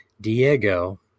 Diego